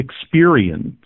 experience